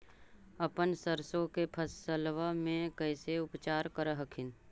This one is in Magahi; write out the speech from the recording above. अपन सरसो के फसल्बा मे कैसे उपचार कर हखिन?